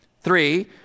Three